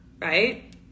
right